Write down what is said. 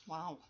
Wow